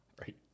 Right